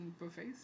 buffets